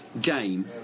game